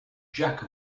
jaka